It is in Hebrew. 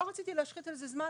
לא רציתי להשחית על זה זמן,